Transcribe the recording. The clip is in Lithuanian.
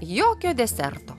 jokio deserto